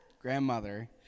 grandmother